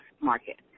market